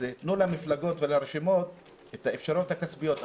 תנו למפלגות ולרשימות את האפשרות הכספית.